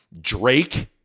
Drake